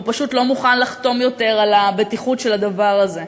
והוא פשוט לא מוכן לחתום יותר על הבטיחות של הדבר הזה.